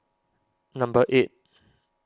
number eight